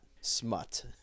smut